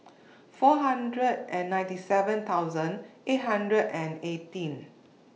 four hundred and ninety seven thousand eight hundred and eighteen